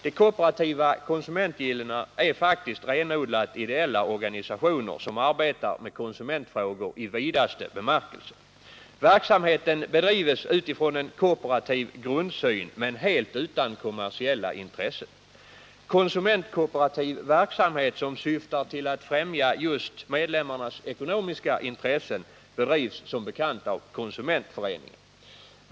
De kooperativa konsumentgillena är renodlat ideella organisationer som arbetar med konsumentfrågor i vidaste bemärkelse. Verksamheten bedrivs utifrån en kooperativ grundsyn men helt utan kommersiella intressen. Konsumentkooperativ verksamhet som syftar till att främja medlemmarnas ekonomiska intressen bedrivs som bekant av konsumentföreningar.